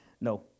No